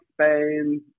Spain